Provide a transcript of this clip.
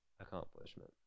accomplishment